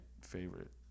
favorite